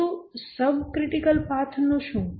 પરંતુ subcritical path નું શું